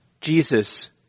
Jesus